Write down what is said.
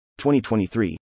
2023